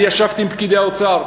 אני ישבתי עם פקידי האוצר.